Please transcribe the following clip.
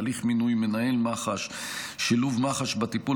הליך מינוי מנהל מח"ש ושילוב מח"ש בטיפול